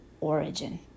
origin